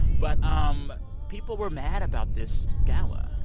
but um people were mad about this gala,